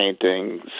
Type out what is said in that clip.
paintings